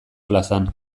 plazan